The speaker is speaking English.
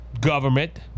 government